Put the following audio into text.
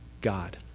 God